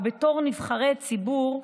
או בתור נבחרי ציבור,